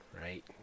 right